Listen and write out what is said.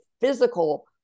physical